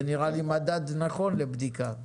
זה נראה לי מדד נכון לבדיקה.